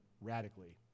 radically